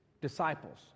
disciples